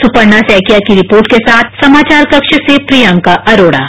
सुपर्णा सैकिया की रिपोर्ट के साथ समाचार कक्ष से प्रियंका अरोड़ा